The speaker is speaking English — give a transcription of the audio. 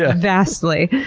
ah vastly.